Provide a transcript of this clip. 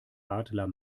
adler